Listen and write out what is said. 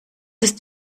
ist